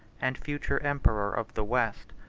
and future emperor of the west.